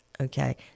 Okay